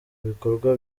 bikorwa